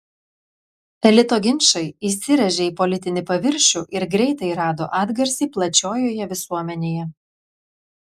elito ginčai įsirėžė į politinį paviršių ir greitai rado atgarsį plačiojoje visuomenėje